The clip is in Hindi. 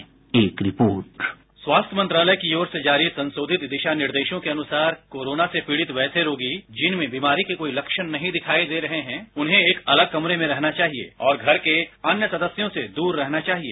एक रिपोर्ट बाईट दीपेन्द्र कुमार स्वास्थ्य मंत्रालय की ओर से जारी संशोधित दिशा निर्देशों के अनुसार कोरोना से पीड़ित वैसे रोगी जिनमें बीमारी के कोई लक्षण नहीं दिखाई दे रहे है उन्हे एक अलग कमरे मे रहना चाहिये और घर के अन्य सदस्यों से दूर रहना चाहिए